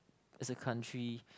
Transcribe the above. as a country